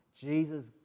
Jesus